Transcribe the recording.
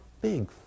big